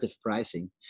pricing